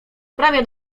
prawie